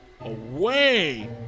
away